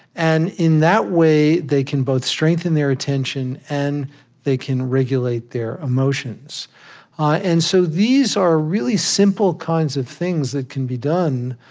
and in that way, they can both strengthen their attention and they can regulate their emotions ah and so these are really simple kinds of things that can be done,